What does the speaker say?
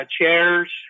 chairs